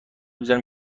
بزنم